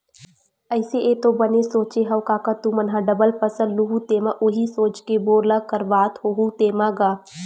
अइसे ऐ तो बने सोचे हँव कका तुमन ह डबल फसल लुहूँ तेमा उही सोच के बोर ल करवात होहू तेंमा गा?